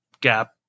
gap